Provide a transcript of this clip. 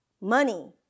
money